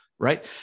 Right